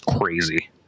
crazy